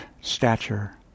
stature